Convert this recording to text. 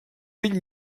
bell